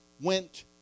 went